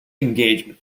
engagement